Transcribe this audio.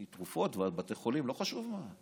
מתרופות ועד בתי חולים, לא חשוב מה.